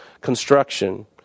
construction